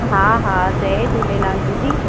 हा हा जय झूलेलाल दीदी